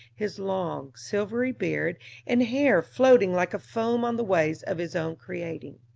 his long, silvery beard and hair floating like a foam on the waves of his own creating.